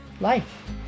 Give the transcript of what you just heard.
life